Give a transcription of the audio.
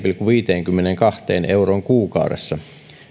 viiteenkymmeneenkahteen euroon kuukaudessa